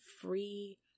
free